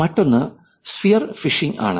മറ്റൊന്ന് spear fishing ആണ്